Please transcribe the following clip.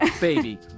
Baby